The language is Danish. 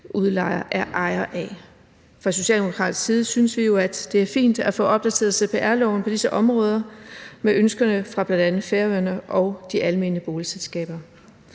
udlejer er ejer af. Fra Socialdemokratiets side synes vi jo, at det er fint at få opdateret cpr-loven på disse områder med ønskerne fra bl.a. Færøerne og de almene boligselskaber.